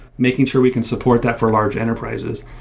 making sure we can support that for large enterprises.